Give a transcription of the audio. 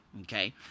okay